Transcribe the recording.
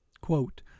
Quote